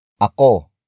ako